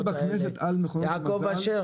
הדיון בכנסת על מכונות המזל --- יעקב אשר,